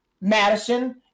Madison